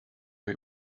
mir